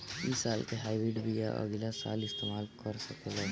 इ साल के हाइब्रिड बीया अगिला साल इस्तेमाल कर सकेला?